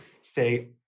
say